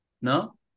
¿no